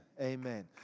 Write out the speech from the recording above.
amen